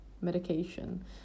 medication